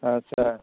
आदसा